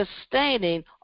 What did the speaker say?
sustaining